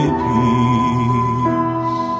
peace